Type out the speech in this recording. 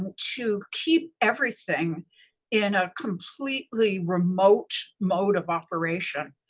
to keep everything in a completely remote mode of operation